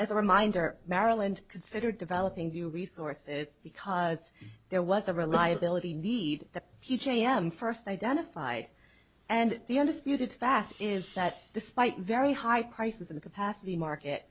as a reminder maryland considered developing new resources because there was a reliability need that j m first identified and the undisputed fact is that despite very high prices and capacity market